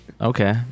okay